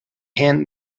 hand